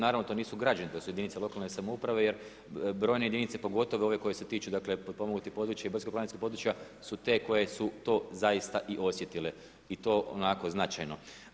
Naravno to nisu građani, to su jedinice lokalne samouprave jer brojne jedinice, pogotovo ove koje se tiču dakle potpomognutih područja i brdsko-planinskih područja su te koje su to zaista i osjetile i to onako značajno.